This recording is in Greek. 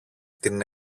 την